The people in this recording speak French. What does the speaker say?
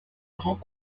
grand